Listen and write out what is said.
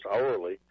hourly